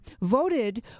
voted